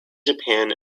japan